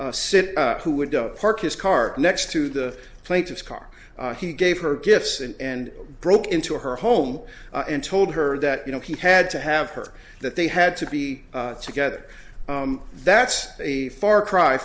sit who would don't park his car next to the plate his car he gave her gifts and broke into her home and told her that you know he had to have her that they had to be together that's a far cry